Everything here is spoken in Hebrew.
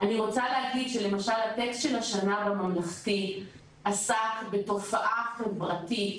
אני רוצה להגיד שלמשל הטקסט של השנה בממלכתי עסק בתופעה חברתית